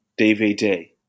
DVD